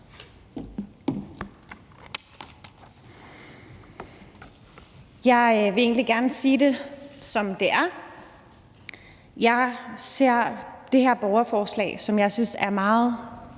Jeg vil egentlig gerne sige det, som det er: Jeg ser det her borgerforslag, som jeg synes er meget